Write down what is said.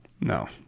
No